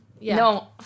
no